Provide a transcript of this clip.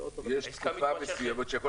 זה לא רק הקווי המסורתי שאתה מתקשר,